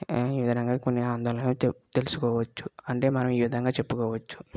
ఈ విధంగా కొన్ని ఆందోళనలను తెలుసుకోవచ్చు అంటే మనం ఈ విధంగా చెప్పుకోవచ్చు